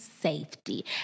safety